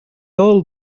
old